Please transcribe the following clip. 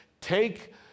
Take